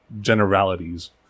generalities